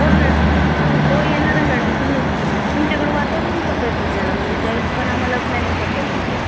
हो मॅ हो येणार आहे मॅडम तुम्ही तुमच्याकडं वातावरण कसं आहे सध्याला म्हणजे त्या हिशोबाने आम्हाला प्लॅनिंग करता येते मॅडम